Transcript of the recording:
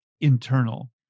internal